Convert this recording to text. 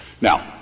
Now